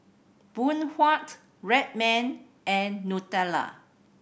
Phoon Huat Red Man and Nutella